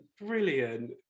Brilliant